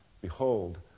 Behold